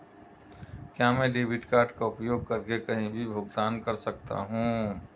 क्या मैं debit card का उपयोग करके कहीं भी भुगतान कर सकता हूं?